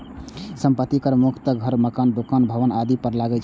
संपत्ति कर मुख्यतः घर, मकान, दुकान, भवन आदि पर लागै छै